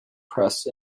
pressed